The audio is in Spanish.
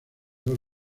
dos